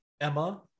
Emma